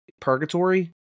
purgatory